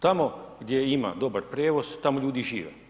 Tamo gdje ima dobar prijevoz, tamo ljudi žive.